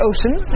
Ocean